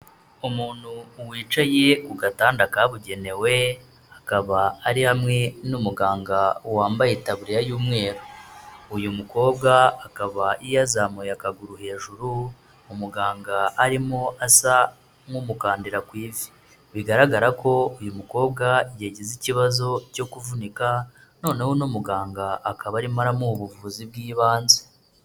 Umuntu wicaye ku gatanda kabugenewe, akaba ari hamwe n'umuganga wambaye itaburiya y'umweru, uyu mukobwa akaba yazamuye akaguru hejuru, umuganga arimo asa nk'umukandira ku ivi, bigaragara ko uyu mukobwa yagize ikibazo cyo kuvunika, noneho uno muganga akaba arimo aramuha ubuvuzi bw'ibanze.